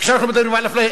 כשאנחנו מדברים על אפליה,